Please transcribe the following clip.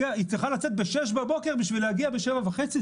היא צריכה לצאת בשש בבוקר בשביל להגיע בשבע וחצי,